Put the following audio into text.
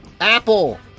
Apple